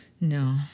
No